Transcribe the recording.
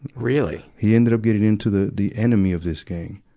really? he ended up getting into the, the enemy of this gang,